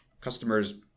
customers